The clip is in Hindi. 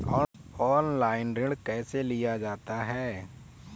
ऑनलाइन ऋण कैसे लिया जाता है?